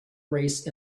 race